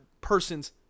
person's